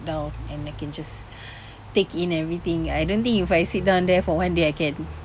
down and I can just take in everything I don't think if I sit down there for one day I can